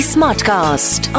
Smartcast